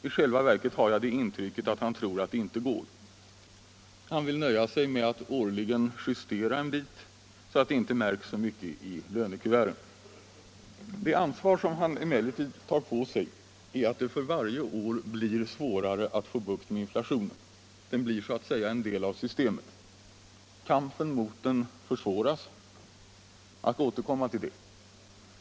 I själva verket har jag det intrycket att han tror att det inte går. Han vill nöja sig med att årligen justera en bit, så att det inte märks så mycket i lönekuverten. Det ansvar som han emellertid tar på sig är att det för varje år blir svårare att få bukt med inflationen. Den blir så att säga en del av systemet. Kampen mot den försvåras. Jag skall återkomma till det.